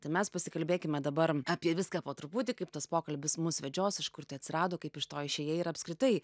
tai mes pasikalbėkime dabar apie viską po truputį kaip tas pokalbis mus vedžios iš kur tai atsirado kaip iš to išėjai ir apskritai